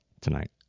tonight